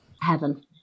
heaven